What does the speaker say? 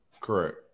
correct